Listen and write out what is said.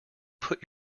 put